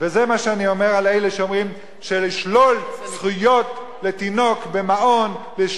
זה מה שאני אומר על אלה שאומרים שיש לשלול זכויות למעון לתינוק,